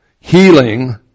healing